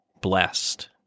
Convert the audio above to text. blessed